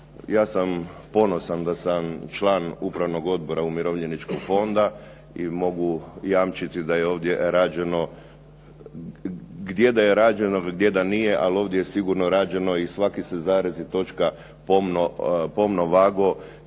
Ja sam ponosan da sam član Upravnog odbora Umirovljeničkog fonda i mogu jamčiti da je ovdje rađeno, gdje da je rađeno, gdje da nije ali ovdje je sigurno rađeno i svaki se zarez i točka pomno vagao